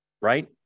right